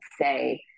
say